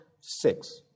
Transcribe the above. six